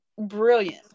brilliant